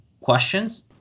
questions